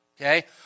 Okay